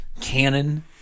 canon